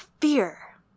fear